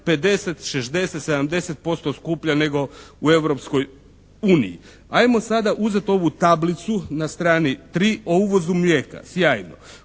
50, 60, 70% skuplje nego u Europskoj uniji. Ajmo sada uzeti ovu tablicu na strani 3 o uvozu mlijeka. Sjajno,